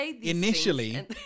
Initially